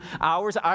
hours